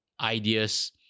ideas